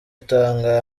itanga